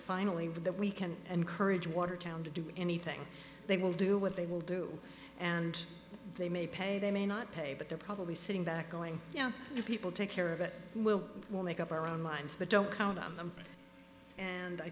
finally that we can encourage watertown to do anything they will do what they will do and they may pay they may not pay but they're probably sitting back going yeah you people take care of it we'll make up our own minds but don't count on them and i